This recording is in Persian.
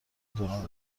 دوران